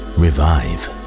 revive